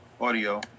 audio